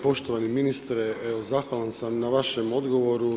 Poštovani ministre evo zahvalan sam na vašem odgovoru.